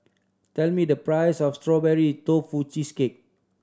tell me the price of Strawberry Tofu Cheesecake